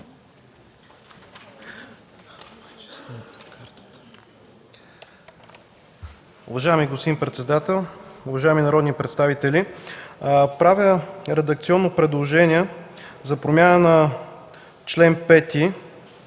Уважаеми господин председател, уважаеми народни представители! Правя редакционно предложение за промяна на т. 5 от